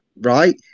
right